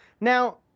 now